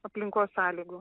aplinkos sąlygų